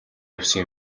явсан